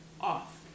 off